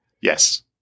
Yes